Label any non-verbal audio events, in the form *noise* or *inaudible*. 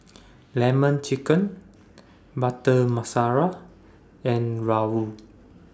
Lemon Chicken Butter *unintelligible* and Rawon